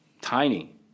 tiny